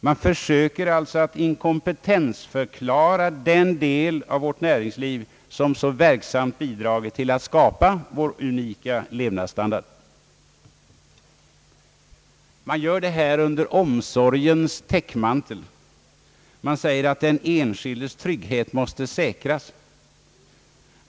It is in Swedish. Man försöker alltså att inkompetensförklara den del av vårt näringsliv som så verksamt bidragit till att skapa vår unika levnadsstandard. Man gör detta under omsorgens täckmantel. Man säger att den enskildes trygghet måste säkras.